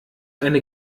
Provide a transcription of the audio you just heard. eine